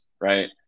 right